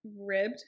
Ribbed